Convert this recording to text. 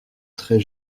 très